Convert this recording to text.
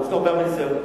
בעל ניסיון,